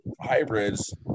hybrids